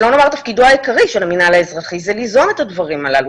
שלא נאמר תפקידו העיקרי של המינהל האזרחי ליזום את הדברים הללו.